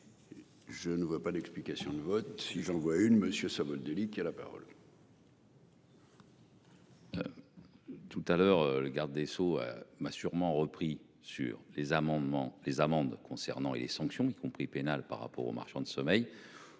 Je ne vois pas d'explication de vote si j'envoie une monsieur Savoldelli qui a la parole. Tout à l'heure, le garde des Sceaux ma sûrement repris sur les amendements, les amendes concernant et les sanctions, y compris pénales par rapport aux marchands de sommeil.